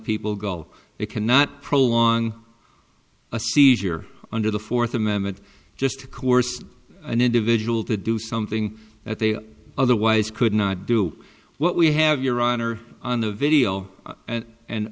people go they cannot prolong a seizure under the fourth amendment just to coerce an individual to do something that they otherwise could not do what we have your honor on the video and